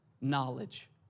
knowledge